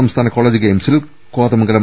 സംസ്ഥാന കോളേജ് ഗെയിംസിൽ കോതമംഗലം